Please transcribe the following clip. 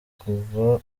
kuva